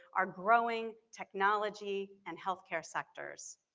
our growing technology and healthcare sectors.